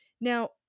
now